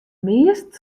meast